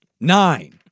Nine